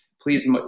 please